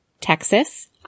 Texas